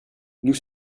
nous